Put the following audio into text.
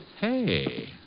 Hey